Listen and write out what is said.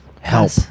Help